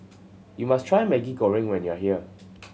you must try Maggi Goreng when you are here